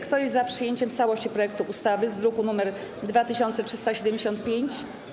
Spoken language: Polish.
Kto jest za przyjęciem w całości projektu ustawy z druku nr 2375?